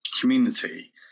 community